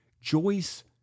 Joyce